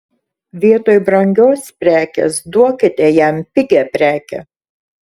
vietoj brangios prekės duokite jam pigią prekę